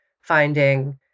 finding